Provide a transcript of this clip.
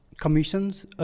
commissions